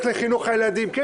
שהולכת לחינוך הילדים והיא